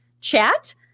chat